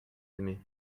aimé